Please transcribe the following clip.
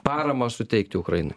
paramą suteikti ukrainai